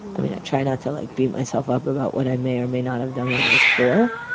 i mean i try not to like beat myself up about what i may or may not have done when i was four.